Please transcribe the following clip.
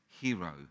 hero